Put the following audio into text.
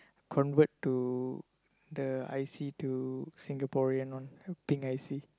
convert to the I_C to Singaporean one pink I_C